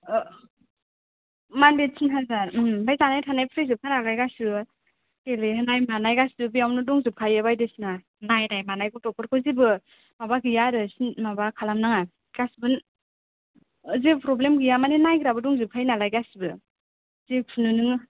आह monthly थिन हाजार आमफ्राय जानाय थानाय फ्रि जोबखा नालाय गासिबो देलायहोनाय थानाय गासिबो बेयावनो दंजोबखायो बायदिसिना नायनाय थानाय गथ'फोरखौ जेबो माबा गैआ आरो माबा खालामनाङा गासिबो जेबो प्रब्लेम गैया माने नायग्राबो दंजोबखायो नालाय गासिबो जेखुनु नोङो